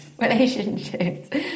relationships